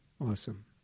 awesome